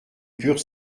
purs